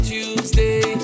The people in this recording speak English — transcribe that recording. Tuesday